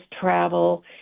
travel